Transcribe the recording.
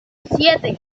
siete